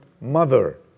mother